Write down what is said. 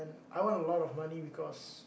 I want a lot of money because